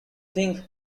think